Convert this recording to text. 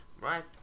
right